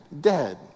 dead